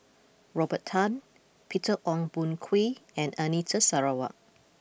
Robert Tan Peter Ong Boon Kwee and Anita Sarawak